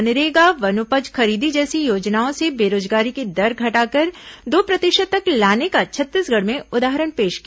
मनरेगा वनोपज खरीदी जैसी योजनाओं से बेरोजगारी की दर घटाकर दो प्रतिशत तक लाने का छत्तीसगढ़ में उदाहरण पेश किया